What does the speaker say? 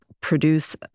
produce